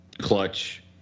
clutch